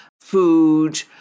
food